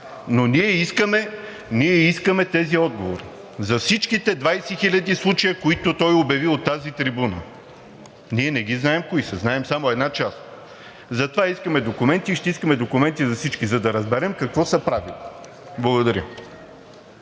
но ние искаме тези отговори за всичките 20 хиляди случая, които той обяви от тази трибуна. Ние не ги знаем кои са, знаем само една част. Затова искаме документи и ще искаме документи за всички, за да разберем какво са правили. Благодаря.